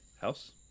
House